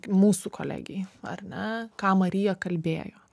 mūsų kolegei ar ne ką marija kalbėjo